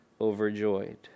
overjoyed